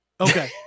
Okay